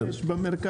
כמה אמרת יש במרכז?